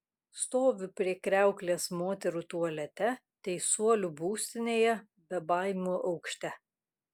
stoviu prie kriauklės moterų tualete teisuolių būstinėje bebaimių aukšte